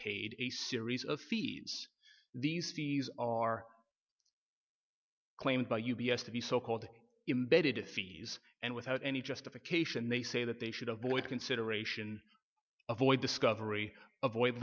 paid a series of fees these fees are claimed by u b s to be so called embedded fees and without any justification they say that they should avoid consideration avoid discovery of void